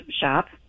shop